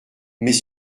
mais